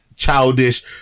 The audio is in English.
childish